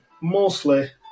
mostly